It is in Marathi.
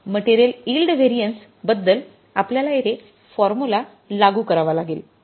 मटेरियल यिल्ड व्हॅरियन्स बद्दल आपल्याला येथे फॉर्म्युला लागू करावा लागेल